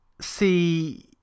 see